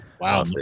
wow